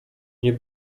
nie